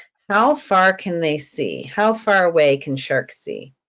how far can they see, how far away can sharks see?